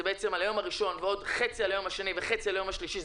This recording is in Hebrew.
זה על היום הראשון ועל חצי מן היום השני וחצי מן היום השלישי,